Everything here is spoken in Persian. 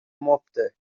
مفته